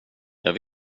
jag